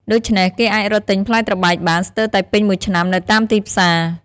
ដូច្នេះ គេអាចរកទិញផ្លែត្របែកបានស្ទើរតែពេញមួយឆ្នាំនៅតាមទីផ្សារ។